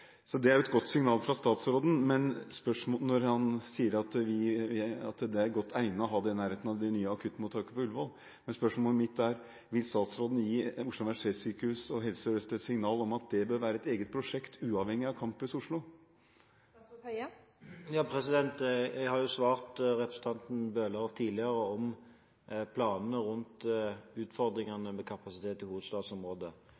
er det et godt signal fra statsråden når han sier at det er godt egnet å ha det i nærheten av det nye akuttmottaket på Ullevål. Spørsmålet mitt er: Vil statsråden gi Oslo universitetssykehus og Helse Sør-Øst et signal om at det bør være et eget prosjekt, uavhengig av Campus Oslo? Jeg har svart representanten Bøhler tidligere om planene rundt